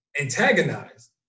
antagonized